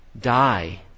die